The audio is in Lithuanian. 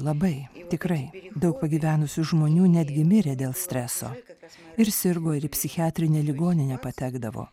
labai tikrai daug pagyvenusių žmonių netgi mirė dėl streso ir sirgo ir į psichiatrinę ligoninę patekdavo